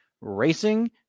racing